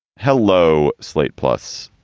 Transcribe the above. hello. slate plus,